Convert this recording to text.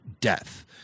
death